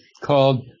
called